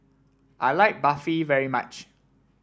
I like Barfi very much